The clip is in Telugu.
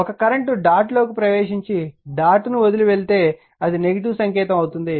ఒక కరెంట్ డాట్లోకి ప్రవేశించి డాట్ను వదిలి వెళితే అవి నెగిటివ్ సంకేతం అవుతుంది